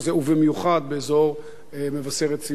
ובמיוחד באזור מבשרת-ציון,